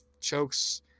chokes